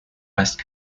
west